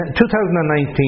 2019